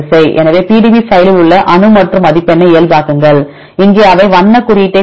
எனவே இது PDB ஃபைலில் உள்ள அணு மற்றும் மதிப்பெண்ணை இயல்பாக்குங்கள் இங்கே அவை வண்ணக் குறியீட்டைக் கொடுக்கும்